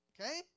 okay